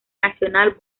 nacional